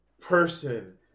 person